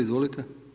Izvolite.